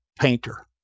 painter